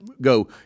go